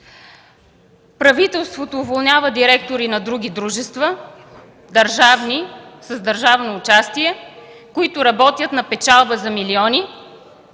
правителството уволнява директори на други държавни дружества, с държавно участие, които работят на печалба за милиони,